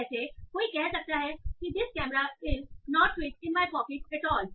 जैसे कोई कह सकता है this camera does not fit in my pocket at all